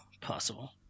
Possible